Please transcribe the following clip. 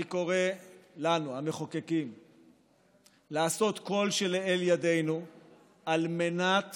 אני קורא לנו המחוקקים לעשות כל שלאל ידנו על מנת